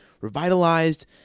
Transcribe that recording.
revitalized